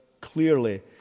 clearly